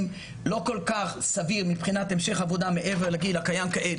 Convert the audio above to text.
לא כל כך סביר מבחינת המשך עבודה מעבר לגיל הקיים כעת,